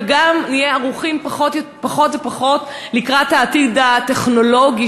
וגם נהיה ערוכים פחות ופחות לקראת העתיד הטכנולוגי,